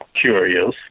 curious